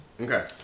Okay